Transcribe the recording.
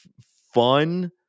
fun